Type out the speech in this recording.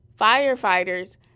firefighters